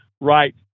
right